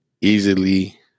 easily